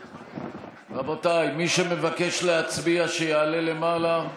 רבותיי, מי שמבקש להצביע, שיעלה למעלה.